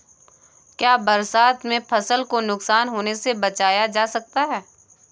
क्या बरसात में फसल को नुकसान होने से बचाया जा सकता है?